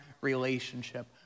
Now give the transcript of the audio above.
relationship